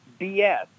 BS